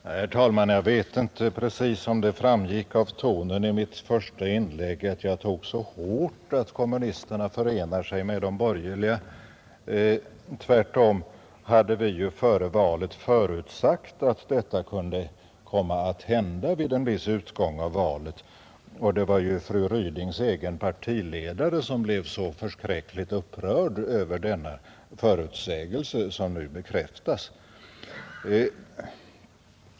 Herr talman! Jag vet inte precis om det framgick av tonen i mitt första inlägg att jag tog det så hårt att kommunisterna förenar sig med de borgerliga. Tvärtom hade vi ju före valet förutsagt att detta kunde komma att hända vid en viss utgång av valet, och det var fru Rydings egen partiledare som blev så förskräckligt upprörd över denna förutsägelse som nu bekräftas.